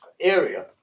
area